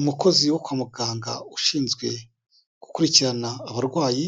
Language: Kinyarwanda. Umukozi wo kwa muganga ushinzwe gukurikirana abarwayi,